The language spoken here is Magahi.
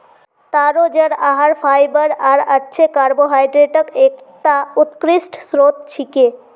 तारो जड़ आहार फाइबर आर अच्छे कार्बोहाइड्रेटक एकता उत्कृष्ट स्रोत छिके